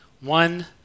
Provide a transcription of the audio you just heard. One